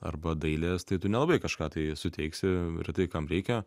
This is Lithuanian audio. arba dailės tai tu nelabai kažką tai suteiksi retai kam reikia